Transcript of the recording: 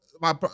my-